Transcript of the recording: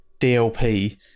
DLP